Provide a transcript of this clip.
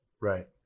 Right